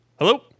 Hello